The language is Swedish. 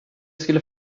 skulle